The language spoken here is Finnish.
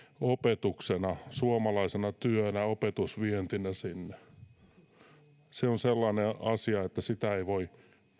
opetuksena suomalaisena työnä opetusvientinä sinne se on sellainen asia että sitä ei voi